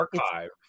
archive